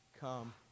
come